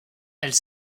elle